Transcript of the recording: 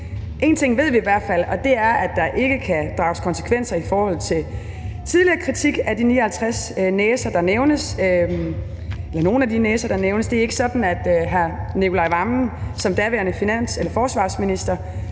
Én ting ved vi i hvert fald, og det er, at der ikke kan drages konsekvenser i forhold til tidligere kritik og de 59 næser, der nævnes, eller bare i forhold til nogle af de næser, der nævnes. Det er ikke sådan, at hr. Nicolai Wammen som daværende forsvarsminister